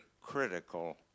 critical